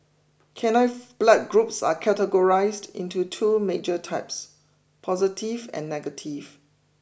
canine blood groups are categorised into two major types positive and negative